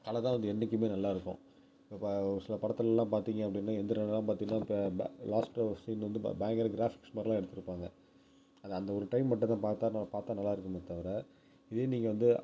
கலை தான் வந்து என்னைக்குமே நல்லாருக்கும் இப்போ ஒரு சில படத்திலலாம் பார்த்திங்க அப்படின்னா எந்திரன்லாம் பார்த்தின்னா இப்போ லாஸ்ட்ல ஒரு சீன் வந்து பயங்கர க்ராஃபிக்ஸ் மாதிரிலாம் எடுத்துருப்பாங்கள் அது அந்த ஒரு டைம் மட்டும்தான் பார்த்தா நம்ம பார்த்தா நல்லாருக்குமே தவிர இதே நீங்கள் வந்து